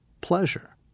pleasure